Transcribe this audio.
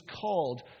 called